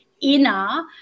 inner